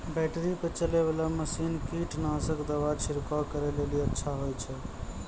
Battery पर चलै वाला मसीन कीटनासक दवा छिड़काव करै लेली अच्छा होय छै?